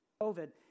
COVID